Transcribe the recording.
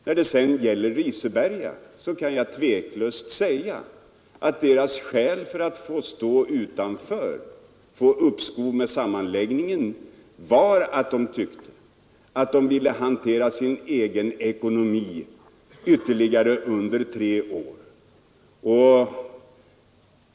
När det gäller Riseberga kan jag tveklöst säga att kommunens skäl till att få stå utanför och få uppskov med sammanläggningen var att kommunen tyckte att den ville hantera sin egen ekonomi under ytterligare tre år.